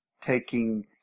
taking